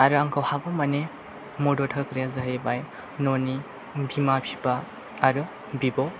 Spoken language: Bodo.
आरो आंखौ हागौ मानि मदद होग्राया जाहैबाय न'नि बिमा बिफा आरो बिब'